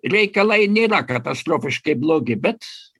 reikalai nėra katastrofiškai blogi bet